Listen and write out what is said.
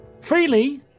freely